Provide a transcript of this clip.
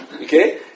Okay